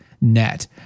net